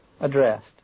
addressed